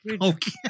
okay